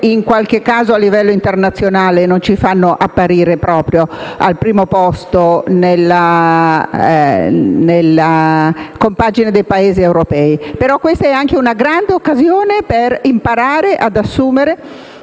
in qualche caso, a livello internazionale non ci fanno apparire al primo posto nella compagine dei Paesi europei. Questa, però, è anche una grande occasione per imparare ad assumere